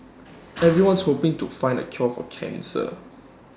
everyone's hoping to find the cure for cancer